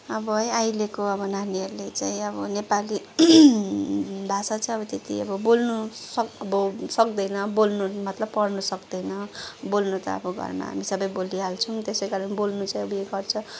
अब है अहिलेको अब नानीहरूले चाहिँ अब नेपाली भाषा चाहिँ अब त्यत्ति अब बोल्नु सक अब सक्दैन बोल्नु मतलब पढ्नु सक्दैन बोल्नु त अब घरमा हामी सबै बोलिहाल्छौँ त्यसै कारण बोल्नु चाहिँ अब उयो गर्छ